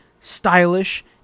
stylish